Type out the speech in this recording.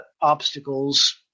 obstacles